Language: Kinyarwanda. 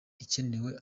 ikenewe